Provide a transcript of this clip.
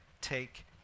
take